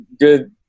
good